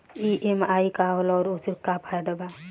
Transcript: EMI का होला और ओसे का फायदा बा?